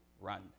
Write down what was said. run